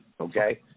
Okay